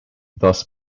thus